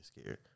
scared